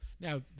now